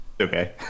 Okay